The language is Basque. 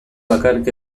bakarrik